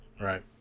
Right